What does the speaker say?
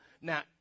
Now